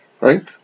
right